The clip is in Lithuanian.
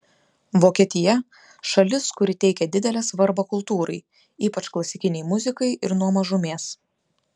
vokietija šalis kuri teikia didelę svarbą kultūrai ypač klasikinei muzikai ir nuo mažumės